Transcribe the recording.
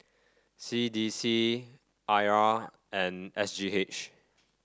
C D C I R and S G H